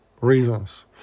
reasons